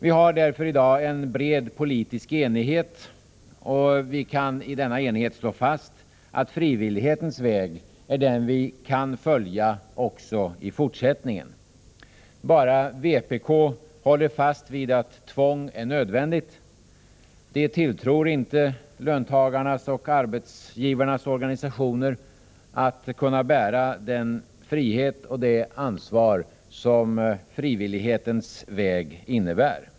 Vi har därför i dag en bred politisk enighet, och det går att mot bakgrund av denna enighet slå fast att frivillighetens väg är den vi kan följa också i fortsättningen. Bara vpk håller fast vid att tvång är nödvändigt. Vpk tilltror inte löntagarnas och arbetsgivarnas organisationer förmågan att bära den frihet och det ansvar som frivillighetens väg innebär.